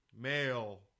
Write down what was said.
male